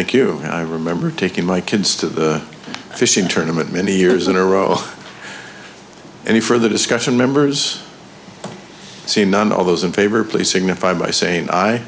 you i remember taking my kids to the fishing tournament many years in a row any further discussion members see none of those in favor please signify by saying i